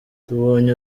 tubonye